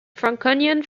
franconian